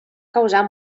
causar